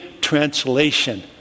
Translation